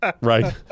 Right